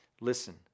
Listen